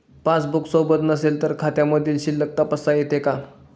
Passbook सोबत नसेल तर खात्यामधील शिल्लक तपासता येते का?